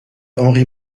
henri